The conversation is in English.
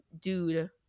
dude